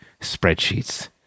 spreadsheets